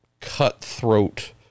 cutthroat